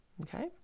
Okay